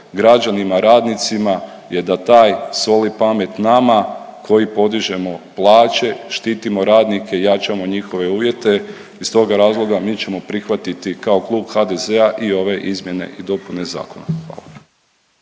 građanima, radnicima je da taj soli pamet nama koji podižemo plaće, štitimo radnike i jačamo njihove uvjete. Iz toga razloga mi ćemo prihvatiti kao klub HDZ-a i ove izmjene i dopune zakona. Hvala.